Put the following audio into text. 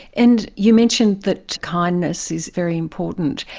and you mentioned that kindness is very important.